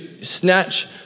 snatch